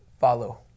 follow